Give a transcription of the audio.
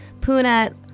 Puna